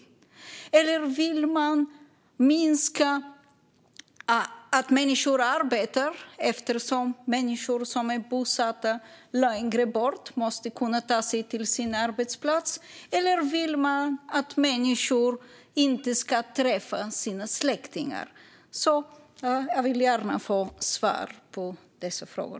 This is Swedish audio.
Människor som är bosatta längre bort från sin arbetsplats måste ändå kunna ta sig dit - vill man minska människors möjligheter att arbeta? Eller vill man att människor inte ska träffa sina släktingar? Jag vill gärna få svar på dessa frågor.